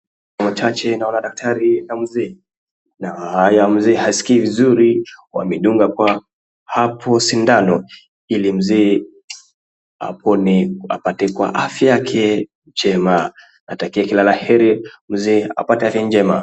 Kwa hayo machache naona daktari na mzee . Mzee haskii vizuri wamedunga hapo sindano hili mzee apone na apata afya yake njema. Natakia kila la heri mzee apate afya yake njema.